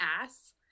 ass